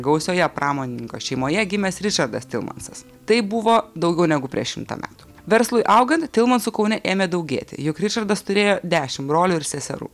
gausioje pramonininko šeimoje gimęs ričardas tilmansas tai buvo daugiau negu prieš šimtą metų verslui augant tilmansų kaune ėmė daugėti juk ričardas turėjo dešimt brolių ir seserų